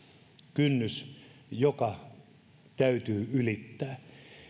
kynnys joka täytyy ylittää